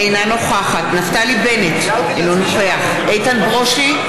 אינה נוכחת נפתלי בנט, אינו נוכח איתן ברושי,